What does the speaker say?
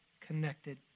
connected